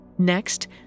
Next